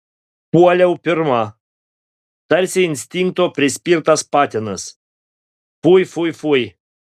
puoliau pirma tarsi instinkto prispirtas patinas fui fui fui